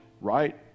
right